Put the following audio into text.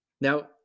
Now